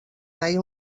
mai